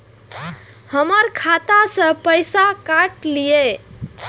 हमर खाता से पैसा काट लिए?